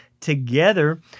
together